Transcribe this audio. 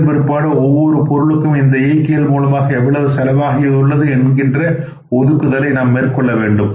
இதன் பிற்பாடு ஒவ்வொரு பொருளுக்கும் இந்த இயக்கிகள் மூலமாக எவ்வளவு செலவாகியுள்ளது என்கின்ற ஒதுக்குதலை நாம் மேற்கொள்ள வேண்டும்